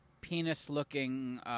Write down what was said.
penis-looking